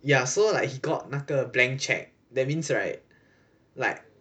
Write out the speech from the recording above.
ya so like he got 那个 blank check that means right like